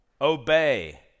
Obey